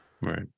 Right